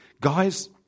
guys